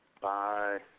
Bye